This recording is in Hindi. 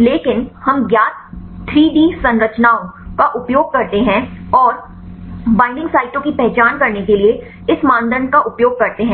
लेकिन हम ज्ञात 3D संरचनाओं का उपयोग करते हैं और बईंडिंग साइटों की पहचान करने के लिए इस मानदंड का उपयोग करते हैं